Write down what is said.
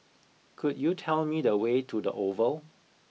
could you tell me the way to the Oval